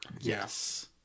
Yes